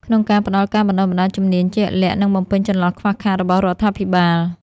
ក្នុងការផ្តល់ការបណ្តុះបណ្តាលជំនាញជាក់លាក់ និងបំពេញចន្លោះខ្វះខាតរបស់រដ្ឋាភិបាល។